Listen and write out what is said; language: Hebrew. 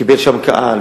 קיבל שם קהל,